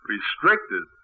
Restricted